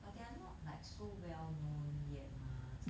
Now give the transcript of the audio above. but there are not like so well known yet mah